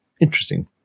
interesting